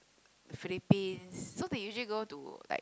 Philippines so they usually go to